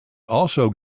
also